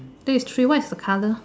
there is tree what is the colour